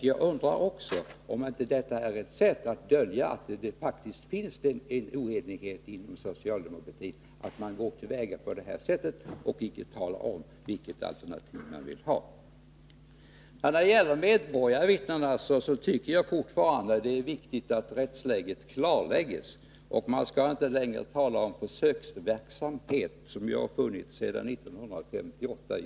Jag undrar om inte det är ett sätt att försöka dölja att det faktiskt föreligger oenighet inom socialdemokratin på detta område. Man talar ju inte om vilket alternativ man förordar. Beträffande frågan om medborgarvittnen tycker jag fortfarande att det är viktigt att rättsläget klarlägges. Vi skall inte längre tala om försöksverksamhet, något som ju har funnits i Göteborg sedan 1958.